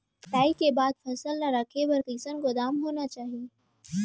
कटाई के बाद फसल ला रखे बर कईसन गोदाम होना चाही?